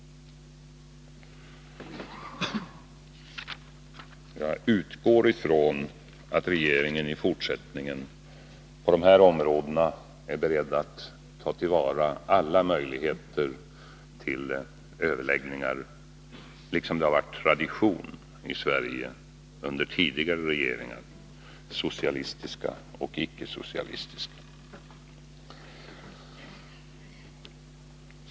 Jag utgår ifrån att regeringen i fortsättningen är beredd att på dessa områden ta till vara alla möjligheter till överläggningar, såsom det har varit tradition i Sverige under tidigare regeringar, socialistiska och icke-socialistiska.